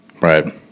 right